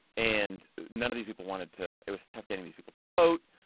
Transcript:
and none of these people wanted to. it was tough getting these people to vote.